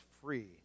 free